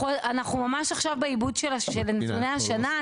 אנחנו ממש עכשיו בעיבוד נתוני השנה.